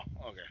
okay